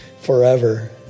forever